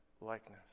likeness